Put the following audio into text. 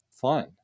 fun